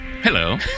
Hello